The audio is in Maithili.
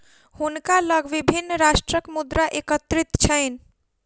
हुनका लग विभिन्न राष्ट्रक मुद्रा एकत्रित छैन